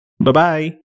Bye-bye